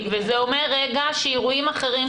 שלום לך יושבת-ראש הוועדה.